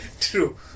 True